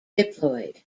diploid